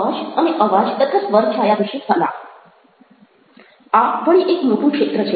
અવાજ અને અવાજ તથા સ્વર છાયા વિશે સલાહ આ વળી એક મોટું ક્ષેત્ર છે